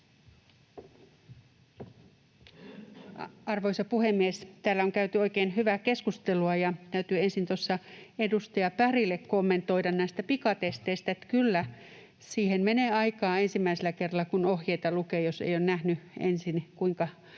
Arvoisa puhemies! Täällä on käyty oikein hyvää keskustelua, ja täytyy ensin edustaja Bergille kommentoida näistä pikatesteistä: kyllä siihen menee aikaa ensimmäisellä kerralla, kun ohjeita lukee, jos ei ole nähnyt aikaisemmin, kuinka